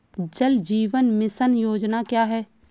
जल जीवन मिशन योजना क्या है?